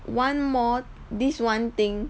one more this one thing